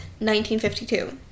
1952